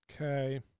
Okay